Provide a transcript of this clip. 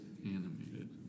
Animated